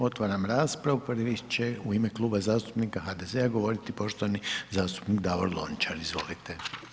Otvaram raspravu, prvi će u ime Kluba zastupnika HDZ-a govoriti poštovani zastupnik Davor Lončar, izvolite.